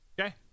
okay